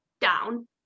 down